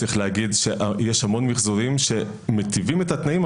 צריך להגיד שיש המון מחזורים שמיטיבים את התנאים,